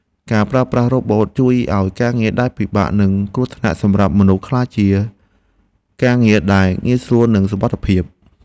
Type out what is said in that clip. ការប្រើប្រាស់រ៉ូបូតជួយឱ្យការងារដែលពិបាក និងគ្រោះថ្នាក់សម្រាប់មនុស្សក្លាយជាការងារដែលងាយស្រួលនិងសុវត្ថិភាព។